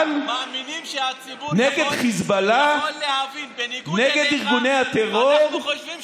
למנוע מאחיכם הערבים לעשות שלום עם המדינה שאתם חיים בה?